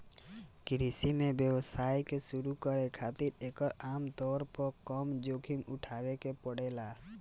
कृषि में व्यवसाय के शुरू करे खातिर एकर आमतौर पर कम जोखिम उठावे के पड़ेला